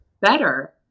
better